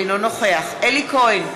אינו נוכח אלי כהן,